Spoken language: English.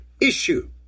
issue